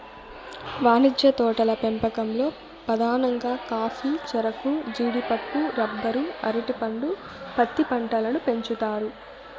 వాణిజ్య తోటల పెంపకంలో పధానంగా కాఫీ, చెరకు, జీడిపప్పు, రబ్బరు, అరటి పండు, పత్తి పంటలను పెంచుతారు